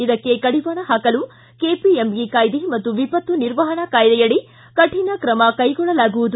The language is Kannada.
ಇದಕ್ಕೆ ಕಡಿವಾಣ ಹಾಕಲು ಕೆಬಿಎಂಇ ಕಾಯ್ದೆ ಮತ್ತು ವಿಪತ್ತು ನಿರ್ವಹಣಾ ಕಾಯ್ದೆಯಡಿ ಕಠಿಣ ಕ್ರಮ ಕೈಗೊಳ್ಳಲಾಗುವುದು